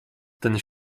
ten